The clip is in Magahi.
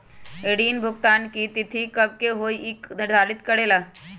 ऋण भुगतान की तिथि कव के होई इ के निर्धारित करेला?